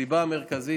הסיבה המרכזית,